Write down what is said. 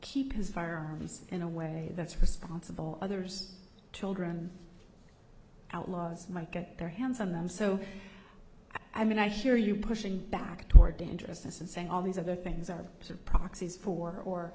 keep his firearms in a way that's responsible others children outlaws might get their hands on them so i mean i share you pushing back toward dangerousness and saying all these other things are proxies for or